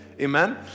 Amen